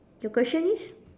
your question is